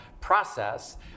process